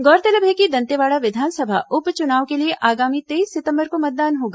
गौरतलब है कि दंतेवाड़ा विधानसभा उप चुनाव के लिए आगामी तेईस सितंबर को मतदान होगा